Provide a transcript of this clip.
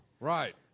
Right